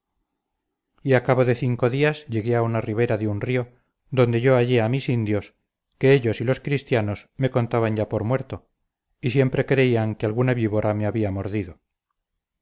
y a cabo de cinco días llegué a una ribera de un río donde yo hallé a mis indios que ellos y los cristianos me contaban ya por muerto y siempre creían que alguna víbora me había mordido